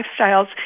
lifestyles